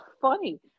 funny